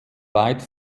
weit